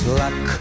luck